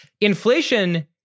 inflation